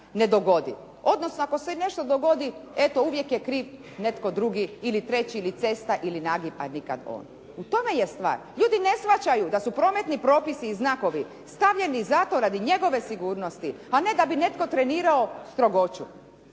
ne dogodi, odnosno ako se i nešto dogodi, eto uvijek je kriv netko drugi ili treći ili cesta ili nagib, a nikad on. U tome je stvar. Ljudi ne shvaćaju da su prometni propisi i znakovi stavljeni zato radi njegove sigurnosti, a ne da bi netko trenirao strogoću.